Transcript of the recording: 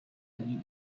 need